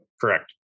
Correct